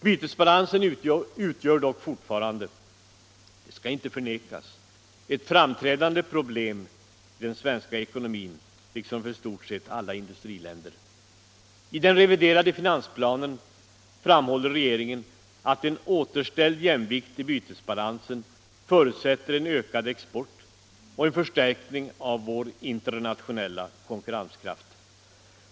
Bytesbalansen utgör dock fortfarande — det skall inte förnekas — ett framträdande problem i den svenska ekonomin liksom för i stort sett alla industriländer. I den reviderade finansplanen framhåller regeringen att en återställd jämvikt i bytesbalansen förutsätter en ökad export och en förstärkning av vår internationella konkurrenskraft.